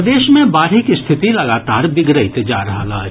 प्रदेश मे बाढ़िक स्थिति लगातार बिगड़ैत जा रहल अछि